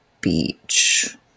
beach